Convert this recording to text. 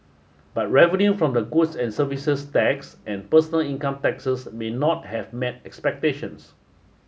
but revenue from the goods and services tax and personal income taxes may not have met expectations